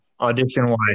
audition-wise